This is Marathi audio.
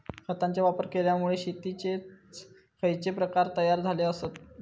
खतांचे वापर केल्यामुळे शेतीयेचे खैचे प्रकार तयार झाले आसत?